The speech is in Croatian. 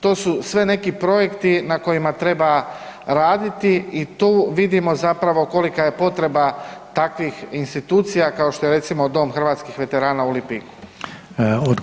To su sve neki projekti na kojima treba raditi i tu vidimo zapravo kolika je potreba takvih institucija kao što je recimo Dom hrvatskih veterana u Lipiku.